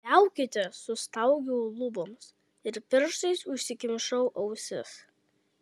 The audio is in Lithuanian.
liaukitės sustaugiau luboms ir pirštais užsikimšau ausis